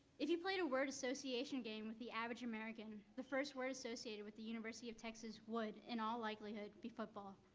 if you played a word association game with the average american, the first word associated with the university of texas would, in all likelihood, be football.